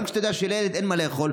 גם כשאתה יודע שלילד אין מה לאכול,